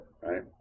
Right